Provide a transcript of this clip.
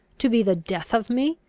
to be the death of me!